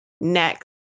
next